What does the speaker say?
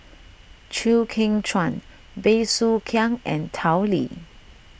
Chew Kheng Chuan Bey Soo Khiang and Tao Li